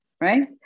right